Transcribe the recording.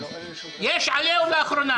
יש עליהום לאחרונה.